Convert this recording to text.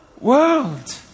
world